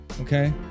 Okay